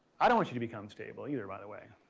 i don't want you to become stable either by the way.